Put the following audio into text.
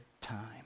time